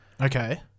Okay